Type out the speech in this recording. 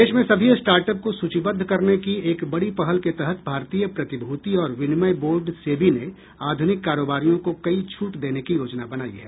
देश में सभी स्टार्ट अप को सूचीबद्ध करने की एक बड़ी पहल के तहत भारतीय प्रतिभूति और विनिमय बोर्ड सेबी ने आध्निक कारोबारियों को कई छूट देने की योजना बनाई है